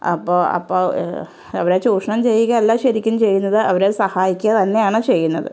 അപ്പോൾ അപ്പോൾ അവരെ ചൂഷണം ചെയ്യുകയല്ല ശെരിക്കും ചെയ്യേണ്ടത് അവരെ സഹായിക്കുക തന്നെയാണ് ചെയ്യേണ്ടത്